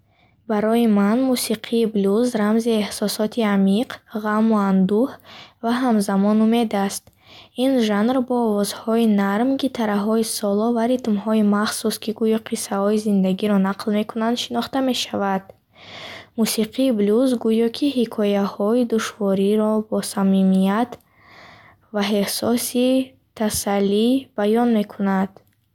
Барои ман мусиқии блюз рамзи эҳсосоти амиқ, ғаму андӯҳ ва ҳамзамон умед аст. Ин жанр бо овозҳои нарм, гитараҳои соло ва ритмҳои махсус, ки гӯё қиссаҳои зиндагиро нақл мекунанд, шинохта мешавад. Мусиқии блюз гӯё ки ҳикояҳои душвориро бо самимият ва эҳсоси тасаллӣ баён мекунад.